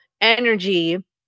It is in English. energy